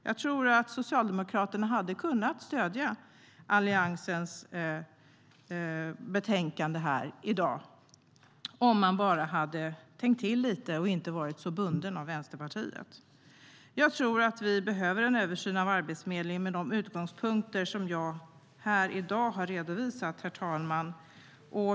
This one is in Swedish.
Jag tror att Socialdemokraterna hade kunnat stödja Alliansens betänkande i dag, om man bara hade tänkt till lite och inte varit så bunden av Vänsterpartiet.Jag tror att vi behöver en översyn av Arbetsförmedlingen med de utgångspunkter jag har redovisat här i dag, herr talman.